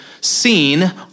seen